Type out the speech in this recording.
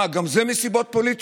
אה, גם זה מסיבות פוליטיות?